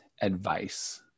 advice